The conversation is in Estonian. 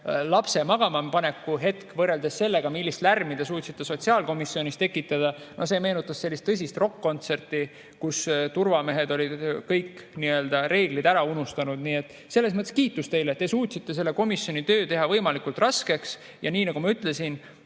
lapse magama paneku hetk võrreldes sellega, millist lärmi te suutsite sotsiaalkomisjonis tekitada. See meenutas tõsist rokk-kontserti, kus turvamehed on kõik reeglid ära unustanud. Nii et selles mõttes kiitus teile. Te suutsite komisjoni töö teha võimalikult raskeks. Ja nagu ma ütlesin,